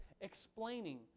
explaining